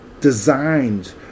designed